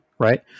right